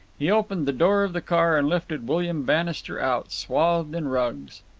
he opened the door of the car and lifted william bannister out, swathed in rugs.